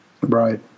Right